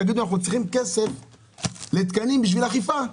עבור תקנים לאכיפה.